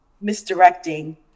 misdirecting